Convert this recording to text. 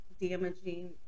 damaging